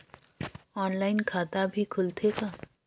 Online खाता भी खुलथे का?